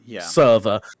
server